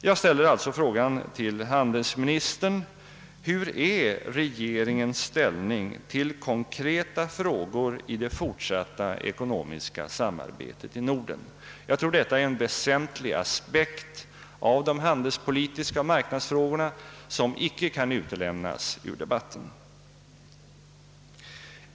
Jag ställer alltså frågan till handelsministern: Vilken är regeringens ställning till konkreta frågor i det fortsatta ekonomiska samarbetet i Norden? Jag tror det är en väsentlig aspekt på de handelspolitiska marknadsfrågorna som inte kan utelämnas ur debatten.